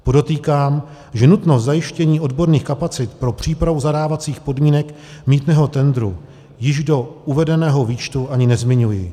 Podotýkám, že nutnost zajištění odborných kapacit pro přípravu zadávacích podmínek mýtného tendru již do uvedeného výčtu ani nezmiňuji.